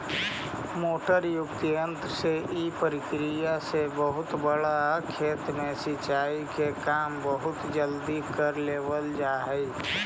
motor युक्त यन्त्र से इ प्रक्रिया से बहुत बड़ा खेत में सिंचाई के काम बहुत जल्दी कर लेवल जा हइ